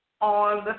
on